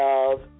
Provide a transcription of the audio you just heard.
Love